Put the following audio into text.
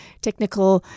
technical